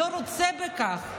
הוא לא רוצה בכך.